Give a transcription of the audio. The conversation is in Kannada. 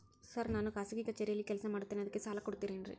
ಸರ್ ನಾನು ಖಾಸಗಿ ಕಚೇರಿಯಲ್ಲಿ ಕೆಲಸ ಮಾಡುತ್ತೇನೆ ಅದಕ್ಕೆ ಸಾಲ ಕೊಡ್ತೇರೇನ್ರಿ?